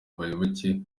abayoboke